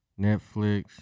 Netflix